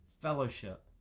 fellowship